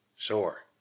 Sure